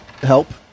help